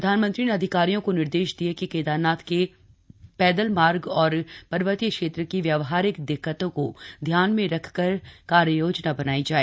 प्रधानमंत्री ने अधिकारियों को निर्देश दिये कि केदारनाथ के पैदल मार्ग और पर्वतीय क्षेत्र की व्यावहारिक दिक्कतों को ध्यान में रखकर कार्ययोजना बनाई जाय